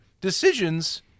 decisions